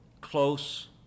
Close